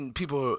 people